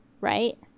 right